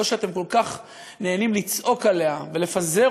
זאת שאתם כל כך נהנים לצעוק עליה ולפזר